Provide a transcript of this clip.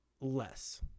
less